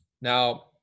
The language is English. Now